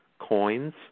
coins